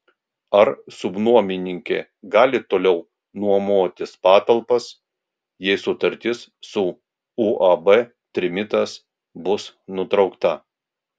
ar subnuomininkė gali toliau nuomotis patalpas jei sutartis su uab trimitas bus nutraukta